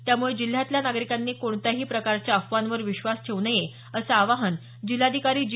त्यामुळे जिल्ह्यातल्या नागरिकांनी कोणत्याही प्रकारच्या अफवांवर विश्वास ठेवू नये असं आवाहन जिल्हाधिकारी जी